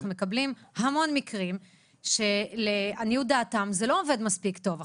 אנחנו מקבלים המון מקרים שלעניות דעתם זה לא עובד מספיק טוב.